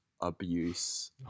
abuse